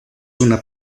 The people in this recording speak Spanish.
una